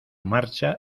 marcha